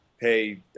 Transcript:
pay